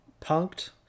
Punked